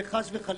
וחס וחלילה,